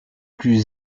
plus